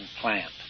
plant